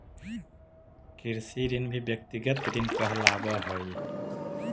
कृषि ऋण भी व्यक्तिगत ऋण कहलावऽ हई